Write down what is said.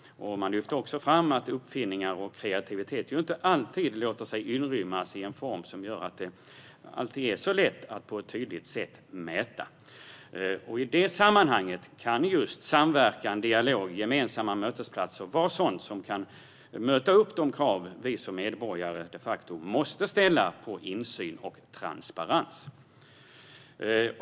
Det lyftes också fram att uppfinningar och kreativitet inte alltid låter sig inrymmas i en form som gör det lätt att på ett tydligt sätt mäta. I detta sammanhang kan samverkan, dialog och gemensamma mötesplatser vara sådant som kan möta de krav som vi medborgare de facto måste ställa på insyn och transparens.